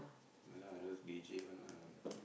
ya lah those D_J one lah